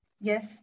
Yes